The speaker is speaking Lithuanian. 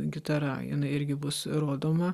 gitara jinai irgi bus rodoma